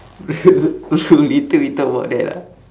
bro later we talk about that ah